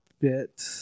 bit